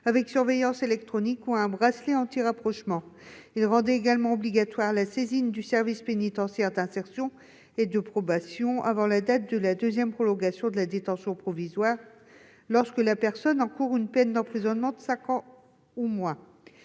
d'une surveillance électronique ou d'un bracelet anti-rapprochement. Il rendait également obligatoire la saisine du service pénitentiaire d'insertion et de probation (SPIP) avant la date de la seconde prolongation de la détention provisoire, lorsque l'intéressé encourt une peine d'emprisonnement de cinq ans ou moins.